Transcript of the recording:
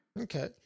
Okay